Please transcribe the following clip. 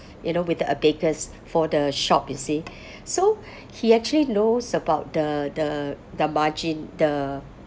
you know with the abacus for the shop you see so he actually knows about the the margin the